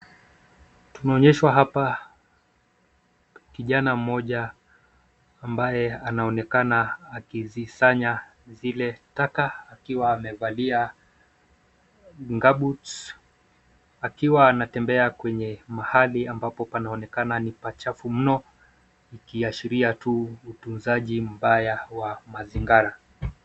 Tunaonyeshwa hapa kijana mmoja ambaye anaonekana akizisanya zile taka akiwa amevalia gumboots akiwa anatembea kenye mahali ambapo panaonekana ni pachafu mno akiashiria tu utunzaji mmbaya wa mazingira.